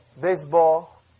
baseball